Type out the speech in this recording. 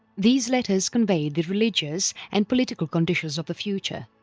these letters conveyed the religious and political conditions of the future.